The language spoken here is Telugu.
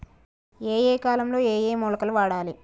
ఏయే కాలంలో ఏయే మొలకలు వాడాలి?